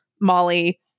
Molly